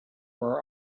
our